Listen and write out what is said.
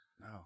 No